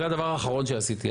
זה הדבר האחרון שעשיתי.